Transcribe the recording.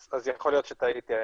אז יכול להיות שטעיתי.